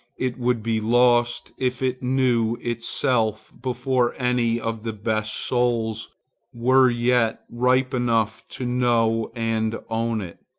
it would be lost if it knew itself before any of the best souls were yet ripe enough to know and own it.